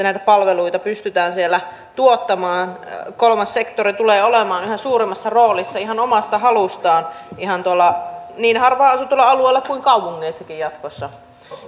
näitä palveluita pystytään siellä tuottamaan kolmas sektori tulee olemaan yhä suuremmassa roolissa ihan omasta halustaan niin harvaan asutuilla alueilla kuin kaupungeissakin jatkossa